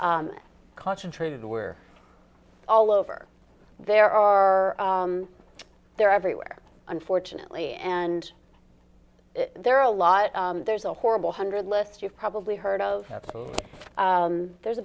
country concentrated were all over there are they're everywhere unfortunately and there are a lot there's a horrible hundred list you've probably heard of there's